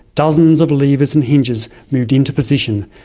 dozens of levers and hinges moved into position.